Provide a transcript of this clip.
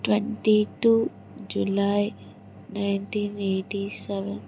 twenty two July ninety eight seven